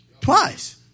Twice